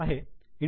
T